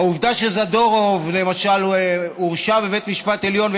העובדה שזדורוב למשל הורשע בבית משפט העליון,